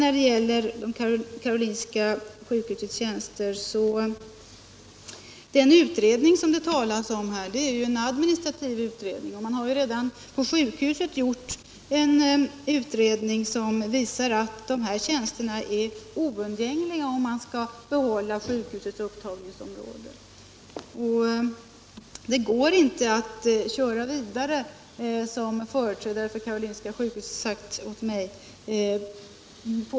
När det slutligen gäller Karolinska sjukhusets tjänster har det talats om en administrativ utredning, men man har redan gjort en utredning på sjukhuset, och den visar att de här tjänsterna är oundgängligen nödvändiga, om man skall behålla sjukhusets upptagningsområde. Det går inte att arbeta som man gjort hittills, har företrädare för Karolinska sjukhuset sagt mig.